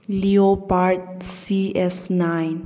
leopard C S nine